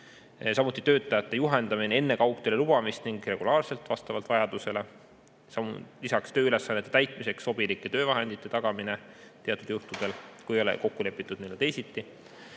samuti töötajate juhendamine enne kaugtööle lubamist ning regulaarselt vastavalt vajadusele tööülesannete täitmiseks sobilike töövahendite tagamine teatud juhtudel, kui ei ole kokku lepitud teisiti,